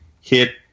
hit